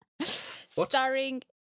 Starring